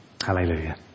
Hallelujah